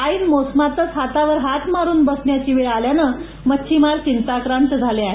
ऐन मौसमातच हातावर हात मारून बसण्याची वेळ आल्यानं मच्छिमार चिंताक्रांत झाले आहे